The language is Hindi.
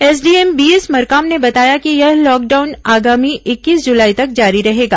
एसडीएम बीएस मरकाम ने बताया कि यह लॉकडाउन आगामी इक्कीस जुलाई तक जारी रहेगा